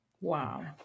Wow